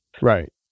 right